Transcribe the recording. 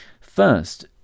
First